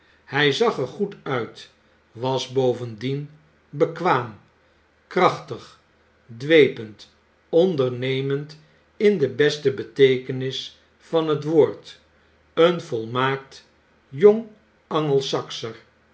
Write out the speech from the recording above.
hy zag er goed uit was bovendien bekwaam krachtig dwepend ondernemend in de beste beteekenis van het woord een volmaakt jong